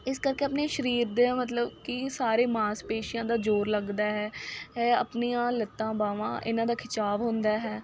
ਇਸ ਕਰਕੇ ਆਪਣੇ ਸਰੀਰ ਦੇ ਮਤਲਬ ਕਿ ਸਾਰੇ ਮਾਸਪੇਸ਼ੀਆਂ ਦਾ ਜ਼ੋਰ ਲੱਗਦਾ ਹੈ ਐ ਆਪਣੀਆਂ ਲੱਤਾਂ ਬਾਹਾਂ ਇਹਨਾਂ ਦਾ ਖਿਚਾਵ ਹੁੰਦਾ ਹੈ